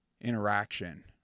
interaction